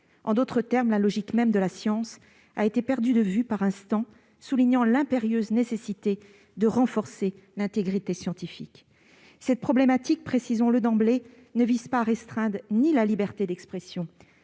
En d'autres termes, la logique même de la science a été perdue de vue par instants. On constate ainsi l'impérieuse nécessité de renforcer l'intégrité scientifique. Cette problématique- précisons-le d'emblée -ne vise à restreindre ni la liberté d'expression